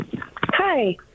Hi